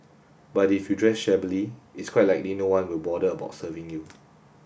but if you dress shabbily it's quite likely no one will bother about serving you